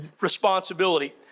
responsibility